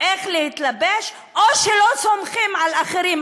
איך להתלבש או שלא סומכים על אחרים.